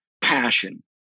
passion